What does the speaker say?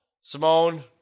Simone